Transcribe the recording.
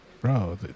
bro